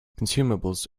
consumables